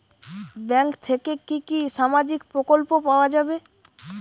Bank থেকে কি কি সামাজিক প্রকল্প পাওয়া যাবে?